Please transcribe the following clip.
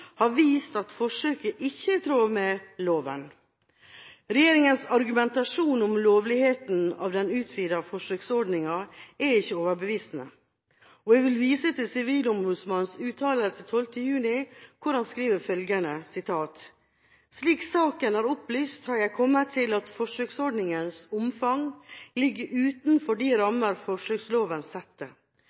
har vist at forsøket ikke er i tråd med loven. Regjeringas argumentasjon om lovligheten av den utvidede forsøksordninga er ikke overbevisende. Jeg vil vise til Sivilombudsmannens uttalelse 12. juni, hvor han skriver følgende: «Slik saken er opplyst har jeg kommet til at forsøksordningens omfang ligger utenfor de rammer forsøksloven setter.